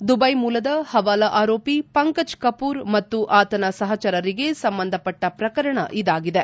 Dubai ಮೂಲದ ಹವಾಲಾ ಆರೋಪಿ ಪಂಕಜ್ ಕಪೂರ್ ಮತ್ತು ಆತನ ಸಹಚರರಿಗೆ ಸಂಬಂಧಪಟ್ಟ ಪ್ರಕರಣ ಇದಾಗಿದೆ